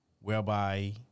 whereby